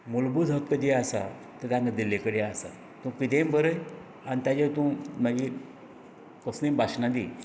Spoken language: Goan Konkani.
मुलभूत हक्क जें आसा तें तांकां दिल्लें कडेन आसा तूं किदेय बरय आनी ताजेर तूं मागीर कसलीय भाशणां दि